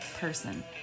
person